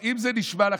אם זה נשמע לכם,